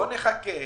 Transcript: בואו נחכה